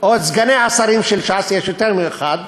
או את סגני השרים של ש"ס, יש יותר מאחד,